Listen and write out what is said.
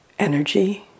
energy